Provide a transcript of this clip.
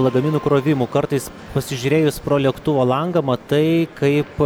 lagaminų krovimų kartais pasižiūrėjus pro lėktuvo langą matai kaip